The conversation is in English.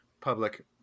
public